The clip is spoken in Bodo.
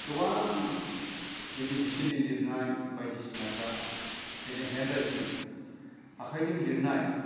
गोबां बिदि बिसोरनि लिरनाय बायदि सिनाफ्रा बेनि हेन्ड राइथिं आखाइजों लिरनाय